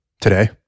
today